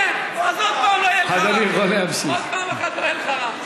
אז עוד פעם אחת לא יהיה לך רע.